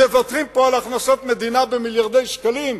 מוותרים על הכנסות מדינה במיליארדי שקלים.